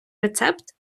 рецепт